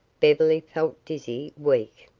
beverly felt dizzy, weak.